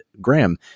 graham